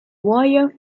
wire